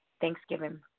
Thanksgiving